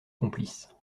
complice